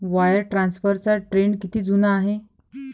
Wire ट्रान्सफरचा trend किती जुना आहे?